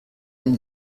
ein